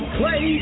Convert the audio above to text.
play